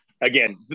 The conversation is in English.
Again